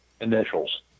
initials